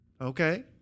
Okay